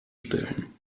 stellen